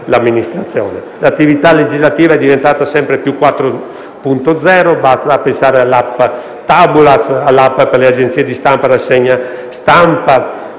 L'attività legislativa è diventata sempre più 4.0: basta pensare alla app Tabulas, alla app per le agenzie di stampa, per la rassegna stampa,